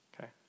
okay